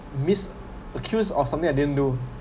missed accused or something I didn't do